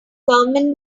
government